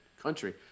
country